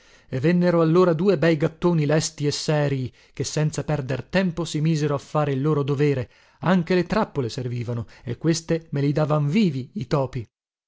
e vennero due bei gattoni lesti e serii che senza perder tempo si misero a fare il loro dovere anche le trappole servivano e queste me li davan vivi i topi